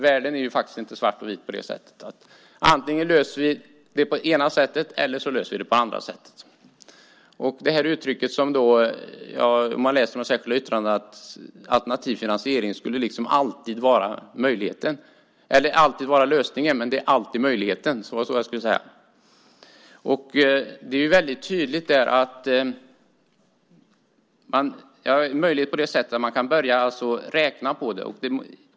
Världen är inte svart och vit, det vill säga att vi löser problem på antingen det ena eller det andra sättet. Av de särskilda yttrandena framgår det att alternativ finansiering alltid skulle vara lösningen - men det är alltid möjligheten. Det är tydligt att det är möjligt att börja räkna på detta.